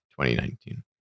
2019